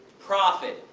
profit,